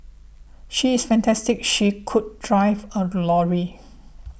she is fantastic she could drive a lorry